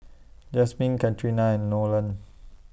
Jasmine Katharina and Nolen